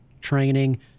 training